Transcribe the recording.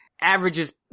averages